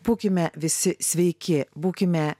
būkime visi sveiki būkime